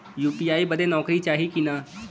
UPI बदे नौकरी चाही की ना?